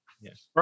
yes